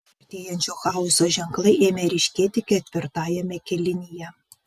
artėjančio chaoso ženklai ėmė ryškėti ketvirtajame kėlinyje